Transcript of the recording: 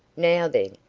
now, then,